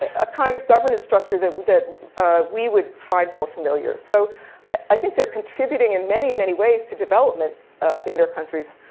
a kind of governance structure that that we would find more familiar. so i think they're contributing in many, many ways to development in their countries.